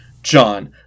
john